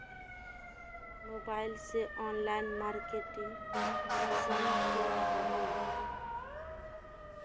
Mobile से online marketing कुंसम के करूम?